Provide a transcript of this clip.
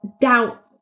doubt